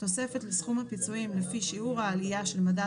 תוספת לסכום הפיצויים לפי שיעור העלייה של מדד